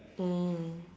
mm